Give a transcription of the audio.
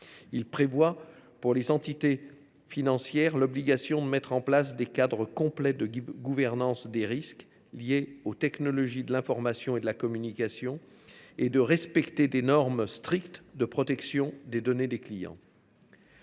informatiques. Les entités financières auront l’obligation de mettre en place des cadres complets de gouvernance des risques liés aux technologies de l’information et de la communication, et de respecter des normes strictes de protection des données des clients.